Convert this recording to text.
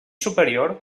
superior